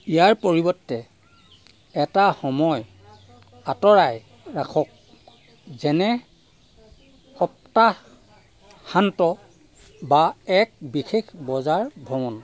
ইয়াৰ পৰিৱৰ্তে এটা সময় আঁতৰাই ৰাখক যেনে সপ্তাহান্ত বা এক বিশেষ বজাৰ ভ্ৰমণ